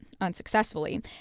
unsuccessfully